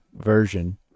version